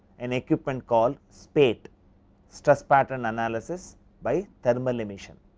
and equipment call spate stress pattern analysis by thermal emission,